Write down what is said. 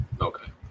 Okay